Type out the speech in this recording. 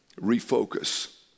refocus